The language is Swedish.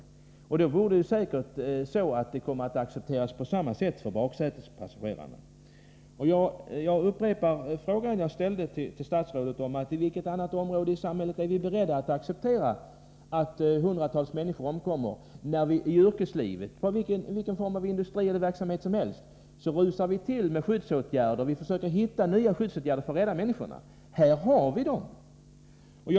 Då kommer säkerligen en motsvarande lagstiftning för baksätespassagerarna att accepteras på samma sätt. Jag upprepar min tidigare fråga till statsrådet: På vilket annat område i samhället är vi beredda att acceptera att hundratals människor omkommer? I yrkeslivet — i industrier och i vilken verksamhet som helst — försöker vi hitta nya skyddsanordningar för att rädda människoliv. Här har vi en skyddsanordning.